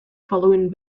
following